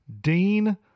Dean